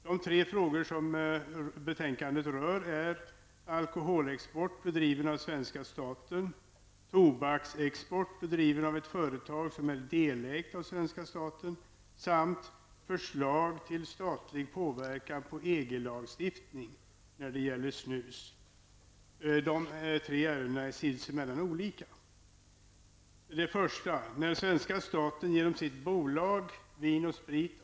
De tre frågor som betänkandet rör är: EG-lagstiftning när det gäller snus. De tre ärendena är sinsemellan olika.